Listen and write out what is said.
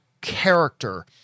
character